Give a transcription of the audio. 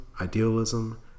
idealism